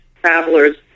travelers